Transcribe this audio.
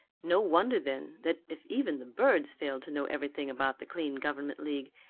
no wonder, then, that if even the birds failed to know everything about the clean government league,